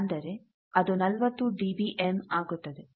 ಅಂದರೆ ಅದು 40 D B ಆಗುತ್ತದೆ